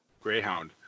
Greyhound